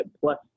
plus